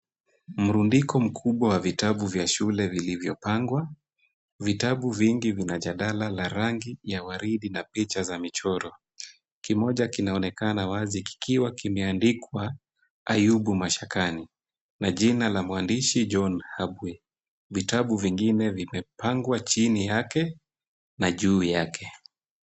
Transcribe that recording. Mrundiko mkubwa wa vitabu vya shule vilivyopangwa, vitabu vingi vina jadala ya rangi ya waridi na picha za michoro. Kimoja kinaonekana wazi kikiwa kimeandikwa, Ayubu Mashakani na jina la mwandishi John Habwe. Vitabu vingine vimepangwa chini yake na juu yake.